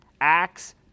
Acts